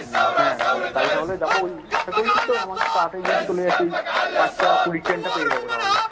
হুম হ্যাঁ তাই তাহলে যাবো ওই সাতটা চল্লিশ তো আমার তো তাড়াতাড়ি যেহেতু চলে যাচ্ছি ওই পাঁচটা কুড়ির ট্রেনটা পেয়ে যাবো তাহলে